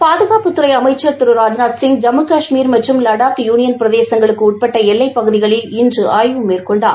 பாதுகாப்புத்தறை அமைச்ச் திரு ராஜ்நாத்சிங் ஜம்மு கஷ்மீர் மற்றம் வடாக் யுனியன் பிரதேசங்களுக்கு உட்பட்ட எல்லைப்பகுதிகளில் இனறு ஆய்வு மேற்கொண்டார்